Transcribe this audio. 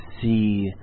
see